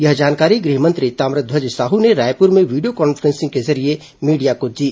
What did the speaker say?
यह जानकारी गृह मंत्री ताम्रध्वज साहू ने रायपुर में वीडियो कॉन्फ्रेंसिंग के जरिए मीडिया को दी